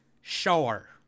sure